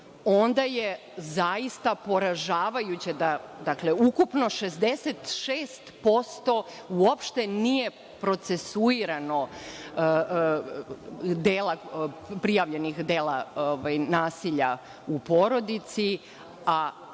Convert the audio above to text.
onda je zaista poražavajuće da ukupno 66% uopšte nije procesuirano prijavljenih dela nasilja u porodici.